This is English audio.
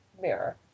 mirror